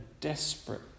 desperate